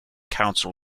council